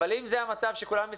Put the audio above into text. אם זה המצב שכולם בסיכון,